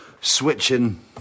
switching